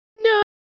No